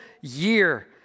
year